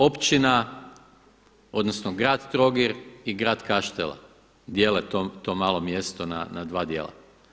U Planu, općina, odnosno grad Trogir i grad Kaštela dijele to malo mjesto na dva dijela.